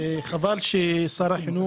חבל ששר החינוך